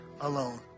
alone